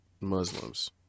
muslims